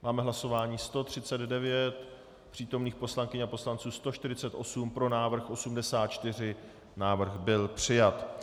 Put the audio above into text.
Máme hlasování 139, přítomných poslankyň a poslanců 148, pro návrh 84, návrh byl přijat.